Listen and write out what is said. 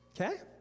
Okay